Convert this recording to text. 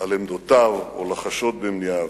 על עמדותיו או לחשוד במניעיו.